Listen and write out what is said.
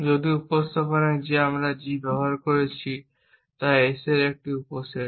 যদি উপস্থাপনায় যে আমরা G ব্যবহার করেছি তা S এর উপসেট